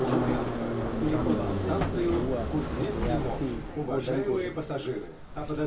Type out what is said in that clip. Samba Kathua Reasi Udhampur